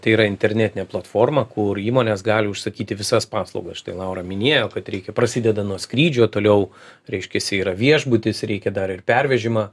tai yra internetine platforma kur įmonės gali užsakyti visas paslaugas štai laura minėjo kad reikia prasideda nuo skrydžio toliau reiškiasi yra viešbutis reikia dar ir pervežimą